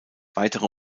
weitere